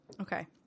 Okay